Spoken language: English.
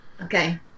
okay